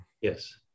yes